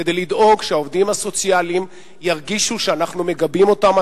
לדאוג שהעובדים הסוציאליים ירגישו שאנחנו מגבים אותם,